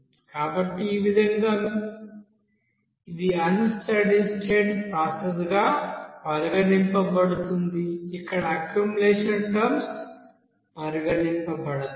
కాబట్టి ఈ విధంగా ఇది అన్ స్టడీ స్టేట్ ప్రాసెస్ గా పరిగణించబడుతుంది ఇక్కడ అక్యుములేషన్ టర్మ్స్ పరిగణించబడతాయి